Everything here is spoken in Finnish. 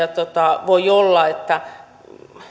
voi olla että